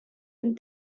and